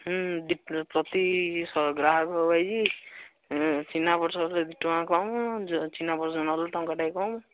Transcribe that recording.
ହୁଁ ପ୍ରତି ଗ୍ରାହକ ୱାଇଜ୍ ଚିହ୍ନା ପରିଚୟ ହେଲେ ଦୁଇ ଟଙ୍କା କମ୍ ଚିହ୍ନା ପରିଚୟ ନ ରହିଲେ ଟଙ୍କାଟେ କମ୍